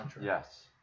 yes